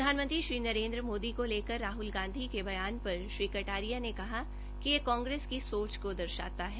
प्रधानमंत्री श्री नरेन्द्र मोदी को लेकर राहुल गांधी के बयान पर श्री कटारिया ने कहा कि ये कांग्रेस की सोच को दर्शाता है